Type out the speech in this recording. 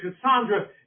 Cassandra